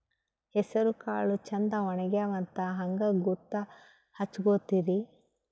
ಹೆಸರಕಾಳು ಛಂದ ಒಣಗ್ಯಾವಂತ ಹಂಗ ಗೂತ್ತ ಹಚಗೊತಿರಿ?